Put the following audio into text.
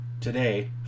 today